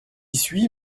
suis